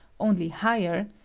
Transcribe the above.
only higher,